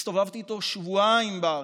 הסתובבתי איתו שבועיים בארץ.